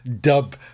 dub